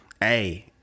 hey